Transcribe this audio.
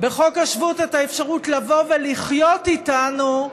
בחוק השבות את האפשרות לבוא ולחיות איתנו.